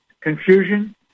confusion